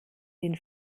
den